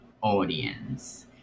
audience